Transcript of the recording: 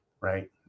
right